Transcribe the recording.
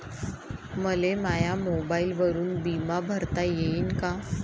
मले माया मोबाईलवरून बिमा भरता येईन का?